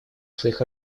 своих